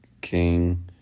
king